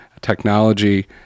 technology